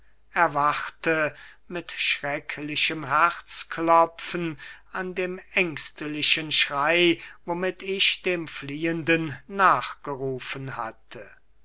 erwachte mit schrecklichem herzklopfen an dem ängstlichen schrey womit ich dem fliehenden nachgerufen hatte